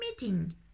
meeting